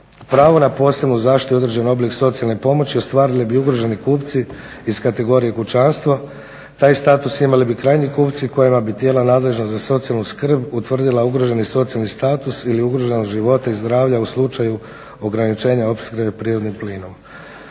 Pravo na posebnu zaštitu i određeni oblik socijalne pomoći ostvarili bi ugroženi kupci iz kategorije kućanstva. Taj status imali bi krajnji kupci kojima bi tijela nadležna za socijalnu skrb utvrdila ugroženi socijalni status ili ugroženost života i zdravlja u slučaju ograničenja opskrbe prirodnim plinom.